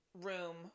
room